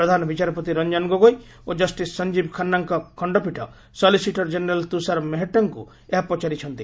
ପ୍ରଧାନବିଚାରପତି ରଞ୍ଜନ ଗୋଗୋଇ ଓ ଜଷ୍ଟିସ୍ ସଞ୍ଜୀବ ଖାନ୍ନାଙ୍କ ଖଣ୍ଡପୀଠ ସଲିସିଟର ଜେନେରାଲ୍ ତୁଷାର ମେହେଟ୍ଟାଙ୍କୁ ଏହା ପଚାରିଛନ୍ତି